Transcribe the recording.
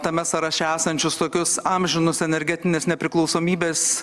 tame sąraše esančius tokius amžinus energetinės nepriklausomybės